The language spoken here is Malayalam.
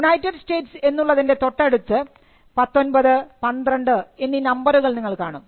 യുണൈറ്റഡ് സ്റ്റേറ്റ്സ് എന്നുള്ളതിൻറെ തൊട്ടടുത്ത് 19 12 എന്നീ നമ്പറുകൾ നിങ്ങൾ കാണും